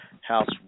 House